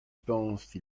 pense